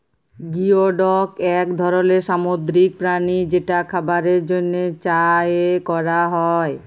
geoduck এক ধরলের সামুদ্রিক প্রাণী যেটা খাবারের জন্হে চাএ ক্যরা হ্যয়ে